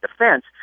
defense